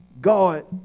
God